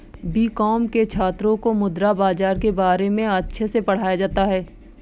BCom के छात्रों को मुद्रा बाजार के बारे में अच्छे से पढ़ाया जाता है